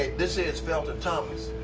this is felton thomas.